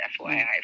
FYI